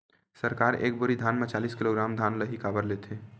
सरकार एक बोरी धान म चालीस किलोग्राम धान ल ही काबर लेथे?